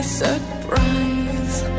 surprise